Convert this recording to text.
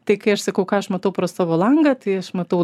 tai kai aš sakau ką aš matau pro savo langą tai aš matau